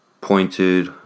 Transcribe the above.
pointed